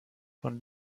von